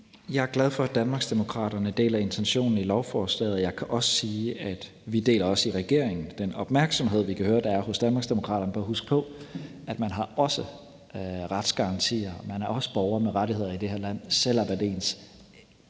Jeg er glad for, at Danmarksdemokraterne deler intentionen i lovforslaget. Jeg kan også sige, at vi i regeringen også deler den opmærksomhed, vi kan høre at der er hos Danmarksdemokraterne. For husk på, at man også har retsgarantier; man er også borger med rettigheder i det her land, selv om ens ekskæreste